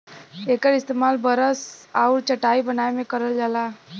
एकर इस्तेमाल बरस आउर चटाई बनाए में करल जाला